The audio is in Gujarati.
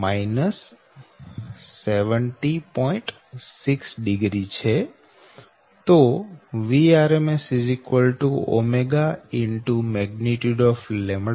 112 અને ㄥ 70